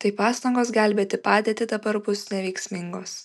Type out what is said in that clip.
tai pastangos gelbėti padėtį dabar bus neveiksmingos